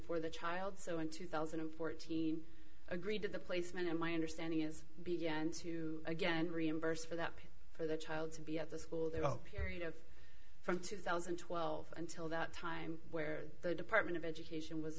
for the child so in two thousand and fourteen agreed to the placement and my understanding is began to again reimburse for that for the child to be at the school they were all period of from two thousand and twelve until that time where the department of education was